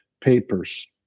papers